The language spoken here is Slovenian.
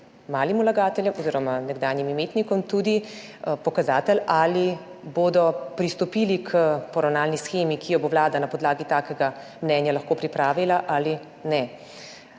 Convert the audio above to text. malim vlagateljem oziroma nekdanjim imetnikom tudi pokazatelj, ali bodo pristopili k poravnalni shemi, ki jo bo vlada na podlagi takega mnenja lahko pripravila ali ne.